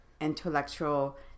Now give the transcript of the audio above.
intellectual